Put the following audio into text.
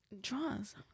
Draws